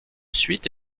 suite